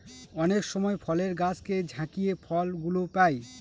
অনেক সময় ফলের গাছকে ঝাকিয়ে ফল গুলো পাই